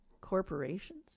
corporations